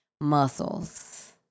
muscles